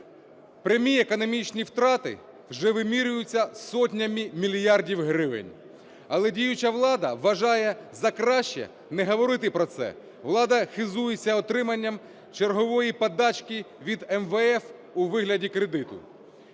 Прямі економічні втрати вже вимірюються сотнями мільярдів гривень. Але діюча влада вважає за краще не говорити про це, влада хизується отриманням чергової подачки від МВФ у вигляді кредиту.